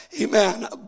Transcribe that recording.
Amen